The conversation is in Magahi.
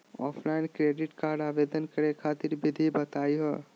ऑफलाइन क्रेडिट कार्ड आवेदन करे खातिर विधि बताही हो?